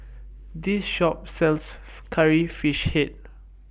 This Shop sells Curry Fish Head